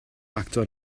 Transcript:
actor